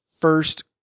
first